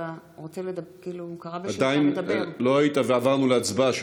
לא היית ועברנו להצבעה.